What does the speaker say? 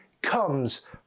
comes